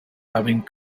having